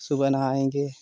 सुबह नहाएँगे